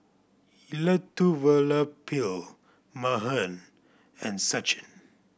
Elattuvalapil Mahan and Sachin